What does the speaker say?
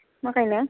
मा गायनो